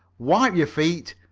wipe your feet,